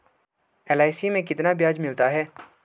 LIC में कितना ब्याज मिलता है?